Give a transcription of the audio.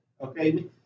Okay